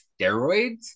steroids